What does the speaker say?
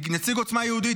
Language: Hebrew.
נציג עוצמה יהודית,